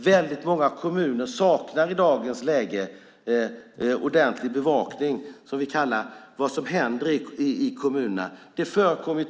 Väldigt många kommuner saknar i dagens läge ordentlig bevakning av vad som händer i kommunerna.